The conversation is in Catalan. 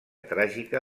tràgica